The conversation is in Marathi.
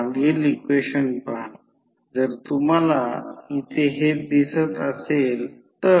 आता आणखी एक लहान उदाहरण म्हणजे जर 5 KVA सिंगल फेज हे 1 ∅ आहे